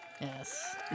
Yes